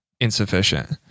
insufficient